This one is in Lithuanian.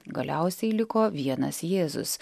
galiausiai liko vienas jėzus